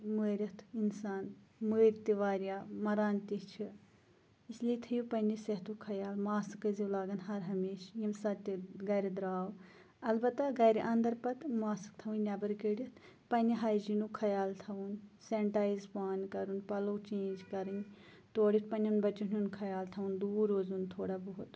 مٲرِتھ اِنسان مٔر تہِ واریاہ مَران تہِ چھِ اِسلیے تھٲیِو پَننہِ صحتُک خَیال ماسک ٲسۍ زیو لاگان ہَر ہَمیشہ ییٚمہِ ساتہِ تہٕ گَرِ دراو اَلبَتہَ گَرِ اَندَر پَتہٕ ماسک تھاوٕنۍ نیٚبَر کٔڑِتھ پَننہِ ہایجیٖنُک خَیال تھاوُن سینٹایز پانہٕ کَرُن پَلَو چینٛج کَرٕنۍ تورٕ یِتھ پَننیٚن بَچَن ہُنٛد خَیال تھاوُن دوٗر روزُن تھوڑا بہت